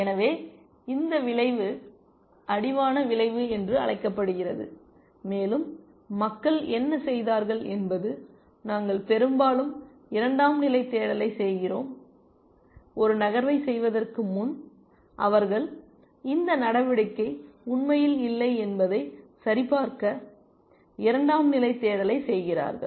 எனவே இந்த விளைவு அடிவான விளைவு என்று அழைக்கப்படுகிறது மேலும் மக்கள் என்ன செய்தார்கள் என்பது நாங்கள் பெரும்பாலும் இரண்டாம் நிலை தேடலைச் செய்கிறோம் ஒரு நகர்வைச் செய்வதற்கு முன் அவர்கள் இந்த நடவடிக்கை உண்மையில் இல்லை என்பதை சரிபார்க்க இரண்டாம் நிலை தேடலைச் செய்கிறார்கள்